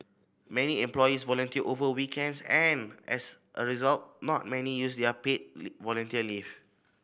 many employees volunteer over weekends and as a result not many use their paid volunteer leave